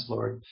Lord